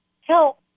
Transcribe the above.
help